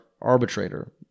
arbitrator